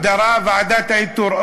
הגדרה של ועדת האיתור,